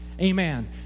Amen